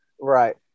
Right